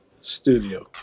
Studio